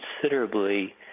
considerably